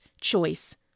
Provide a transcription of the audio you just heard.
choice